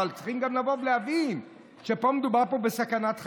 אבל צריכים גם לבוא ולהבין שמדובר פה בסכנת חיים.